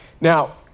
Now